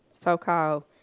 so-called